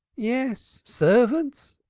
yes, servants!